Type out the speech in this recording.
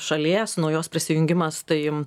šalies naujos prisijungimas tai